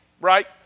right